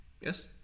Yes